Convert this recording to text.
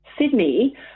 Sydney